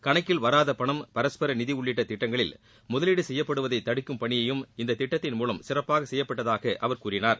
கணக்கில் வராத பணம் பரஸ்பர நிதி உள்ளிட்ட திட்டங்களில் முதலீடு செய்யப்படுவதை தடுக்கும் பணியையும் இந்த திட்டத்தின் மூலம் சிறப்பாக செய்யப்பட்டாகவும் அவர் கூறினார்